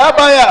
זה הבעיה.